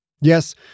Yes